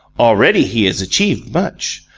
already he has achieved much.